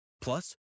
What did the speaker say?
Plus